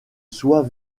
soi